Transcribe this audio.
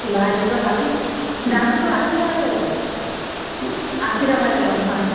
ল'ৰাই দিব গাখী দামটো আশী টকাকৈ ল'ম আশী টকাকৈ ল'ম হয়